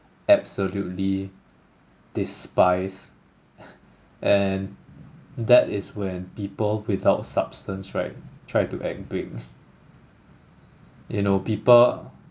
absolutely despise and that is when people without substance right try to act big you know people